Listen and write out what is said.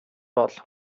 бол